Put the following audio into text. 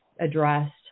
addressed